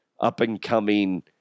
up-and-coming